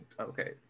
Okay